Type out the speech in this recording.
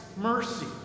mercy